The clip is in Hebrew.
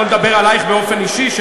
לא לדבר עלייך באופן אישי,